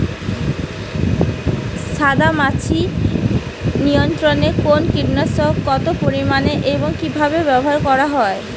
সাদামাছি নিয়ন্ত্রণে কোন কীটনাশক কত পরিমাণে এবং কীভাবে ব্যবহার করা হয়?